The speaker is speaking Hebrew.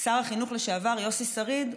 שר החינוך לשעבר יוסי שריד,